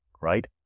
right